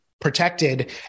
protected